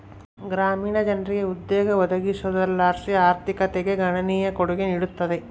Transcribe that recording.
ಗ್ರಾಮೀಣ ಜನರಿಗೆ ಉದ್ಯೋಗ ಒದಗಿಸೋದರ್ಲಾಸಿ ಆರ್ಥಿಕತೆಗೆ ಗಣನೀಯ ಕೊಡುಗೆ ನೀಡುತ್ತದೆ